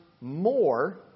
more